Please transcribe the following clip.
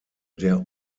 der